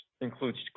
includes